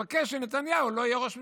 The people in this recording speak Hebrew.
והוא מבקש שנתניהו לא יהיה ראש ממשלה.